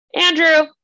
Andrew